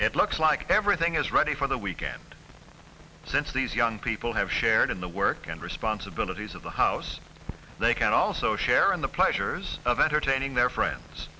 it looks like everything is ready for the weekend since these young people have shared in the work and responsibilities of the house they can also share in the pleasures of entertaining their friends